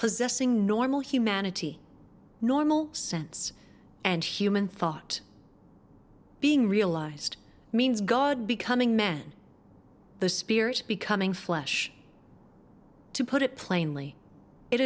possessing normal humanity normal sense and human thought being realized means god becoming men the spirit becoming flesh to put it plainly it